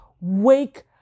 wake